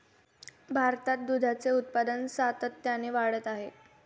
भारतात दुधाचे उत्पादन सातत्याने वाढत आहे